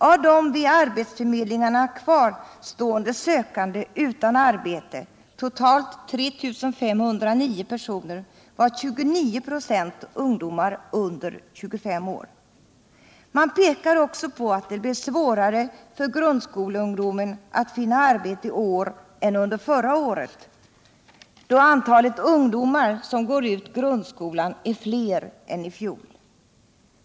Av vid arbetsförmedlingarna kvarstående sökande utan arbete, totalt 3 509 personer, var 29 26 ungdomar under 25 år. Man pekar också på att det blir svårare för grundskoleungdomen att finna arbete i år än under förra året, då antalet ungdomar som går ut grundskolan är fler än i fjol.